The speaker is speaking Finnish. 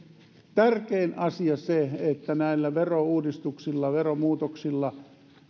tärkein asia se että näillä verouudistuksilla veromuutoksilla